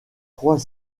trois